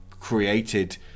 created